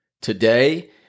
Today